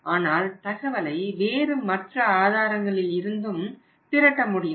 ஆனால் தகவலை வேறு மற்ற ஆதாரங்களில் இருந்தும் திரட்ட முடியும்